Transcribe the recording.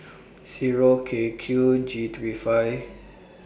Zero K Q G three five